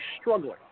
struggling